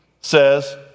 says